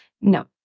No